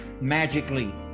magically